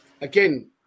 Again